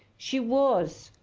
she was,